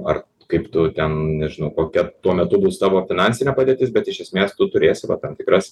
ar kaip tu ten nežinau kokia tuo metu bus tavo finansinė padėtis bet iš esmės tu turėsi tam tikras